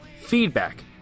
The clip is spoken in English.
feedback